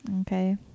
Okay